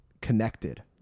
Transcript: connected